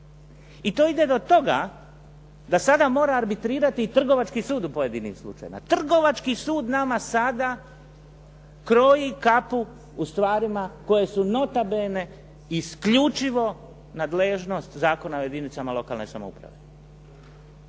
I to ide do toga da sada mora arbitrirati i Trgovački sud u pojedinim slučajevima. Trgovački sud nama sada kroji kapu u stvarima koje su nota bene isključivo nadležnost Zakona o jedinicama lokalne samouprave.